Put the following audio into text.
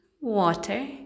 water